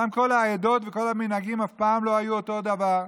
גם כל העדות וכל המנהגים אף פעם לא היו אותו דבר,